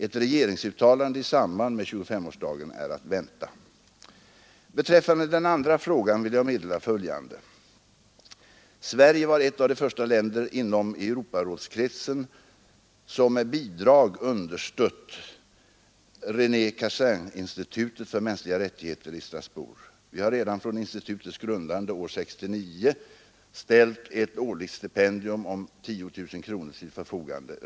Ett regeringsuttalande i samband med 25-årsdagen är att vänta. Beträffande den andra frågan vill jag meddela följande. Sverige var ett av de första länder inom Europarådskretsen, som med bidrag understött René Cassininstitutet för mänskliga rättigheter i Strasbourg. Vi har redan från institutets grundande år 1969 ställt ett årligt stipendium om 10 000 kronor till förfogande.